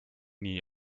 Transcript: nii